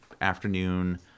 afternoon